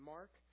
Mark